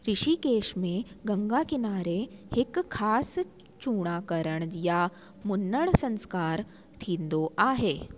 ऋषिकेश मे गंगा किनारे हिकु ख़ासि चूड़ाकरण या मुङणु संस्कारु थींदो आहे